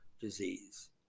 disease